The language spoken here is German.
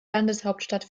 landeshauptstadt